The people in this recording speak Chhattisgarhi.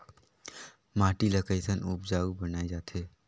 माटी ला कैसन उपजाऊ बनाय जाथे?